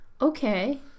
Okay